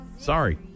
Sorry